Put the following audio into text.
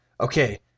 Okay